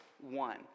one